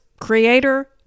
creator